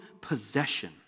possession